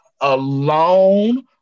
alone